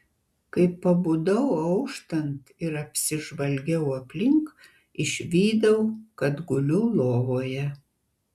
kai pabudau auštant ir apsižvalgiau aplink išvydau kad guliu lovoje